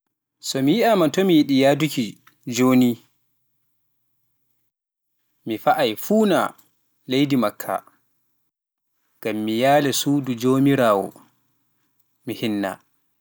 So mi wi'aama to mi yahduki jooni, mi fa'ay fuuna; leydi Makka, ngam mi yaala Suudu Jowmiraawo, mi hinna.